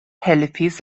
helpis